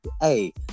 Hey